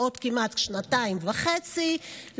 כשאני מבקר חיילים וחיילות בשטחי